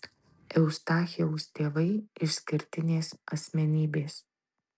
eustachijaus tėvai išskirtinės asmenybės